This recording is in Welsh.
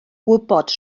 gwybod